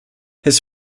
his